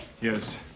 Yes